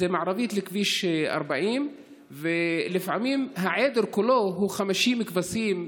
מערבית לכביש 40. לפעמים העדר כולו הוא 50 כבשים,